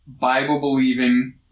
Bible-believing